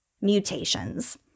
mutations